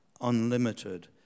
unlimited